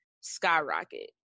skyrocket